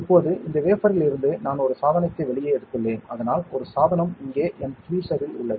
இப்போது இந்த வேஃபர்ரில் இருந்து நான் ஒரு சாதனத்தை வெளியே எடுத்துள்ளேன் அதனால் ஒரு சாதனம் இங்கே என் டிவீசர்ரில் உள்ளது